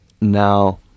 Now